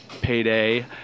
payday